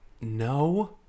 no